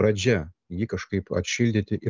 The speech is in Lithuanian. pradžia jį kažkaip atšildyti ir